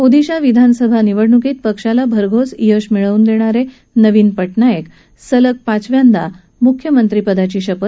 ओदिशा विधानसभा निवडणुकीत पक्षाला भरघोस यश मिळवून देणारे नवीन पटनाईक सलग पाचव्यांदा मुख्यमंत्री पदाची शपथ ग्रहण करणार आहेत